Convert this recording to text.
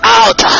out